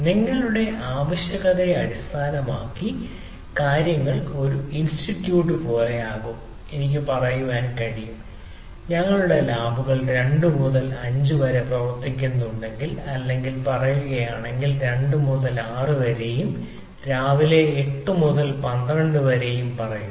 നിങ്ങളുടെ ആവശ്യകതയെ അടിസ്ഥാനമാക്കി കാര്യങ്ങൾ ഒരു ഇൻസ്റ്റിറ്റ്യൂട്ട് പോലെയാകും എനിക്ക് പറയാൻ കഴിയും ഞങ്ങളുടെ ലാബുകൾ 2 മുതൽ 5 വരെ പ്രവർത്തിക്കുന്നുണ്ടെങ്കിൽ അല്ലെങ്കിൽ പറയുകയാണെങ്കിൽ രാവിലെ 2 മുതൽ 6 വരെയും രാവിലെ 8 മുതൽ 12 വരെ പറയുക